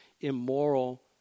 immoral